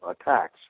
attacks